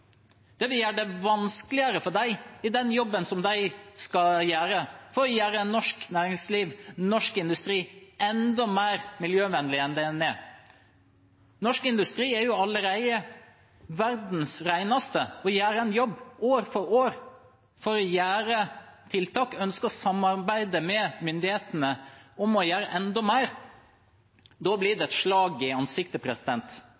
Det vil gjøre det vanskeligere for dem i den jobben som de skal gjøre for å gjøre norsk næringsliv, norsk industri, enda mer miljøvennlig enn det den er. Norsk industri er jo allerede verdens reneste. De gjør en jobb år for år for å gjennomføre tiltak, og de ønsker å samarbeide med myndighetene om å gjøre enda mer. Da blir